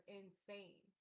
insane